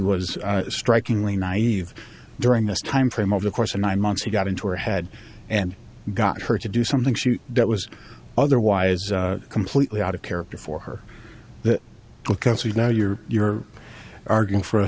was strikingly naive during this time frame over the course of nine months he got into her head and got her to do something that was otherwise completely out of character for her because he's now you're you're arguing for